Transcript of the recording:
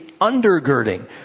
undergirding